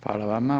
Hvala vama.